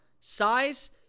size